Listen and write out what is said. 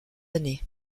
années